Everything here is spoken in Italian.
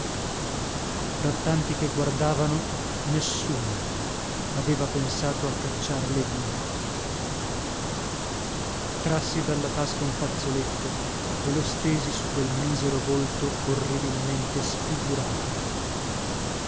tanti che guardavano nessuno aveva pensato a cacciarle via trassi dalla tasca un fazzoletto e lo stesi su quel misero volto orribilmente sfigurato